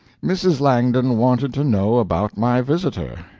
mrs. langdon wanted to know about my visitor.